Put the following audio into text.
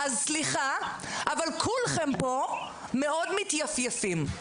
אז, סליחה, אבל כולכם פה מאוד מתייפייפים.